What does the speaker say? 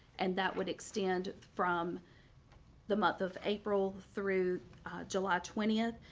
and that would extend from the month of april through july twentieth.